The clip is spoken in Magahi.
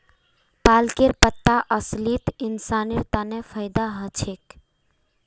पालकेर पत्ता असलित इंसानेर तन फायदा ह छेक